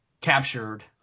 captured